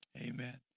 Amen